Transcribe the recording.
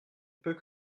peux